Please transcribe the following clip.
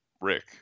Rick